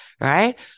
right